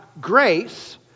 grace